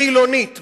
חילונית,